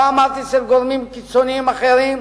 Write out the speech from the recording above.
לא אמרתי אצל גורמים קיצוניים אחרים,